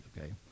okay